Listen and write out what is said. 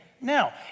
now